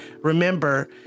Remember